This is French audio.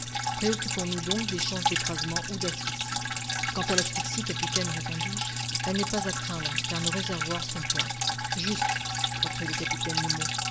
préoccupons nous donc des chances d'écrasement ou d'asphyxie quant à l'asphyxie capitaine répondis-je elle n'est pas à craindre car nos réservoirs sont pleins juste reprit le capitaine nemo